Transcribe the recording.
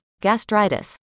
gastritis